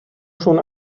schon